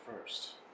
first